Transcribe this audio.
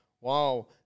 Wow